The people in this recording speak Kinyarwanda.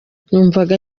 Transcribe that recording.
numvaga